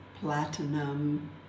platinum